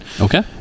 Okay